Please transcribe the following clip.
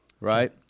right